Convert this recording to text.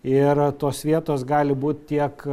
ir tos vietos gali būt tiek